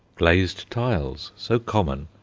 glazed tiles, so common,